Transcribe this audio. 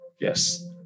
Yes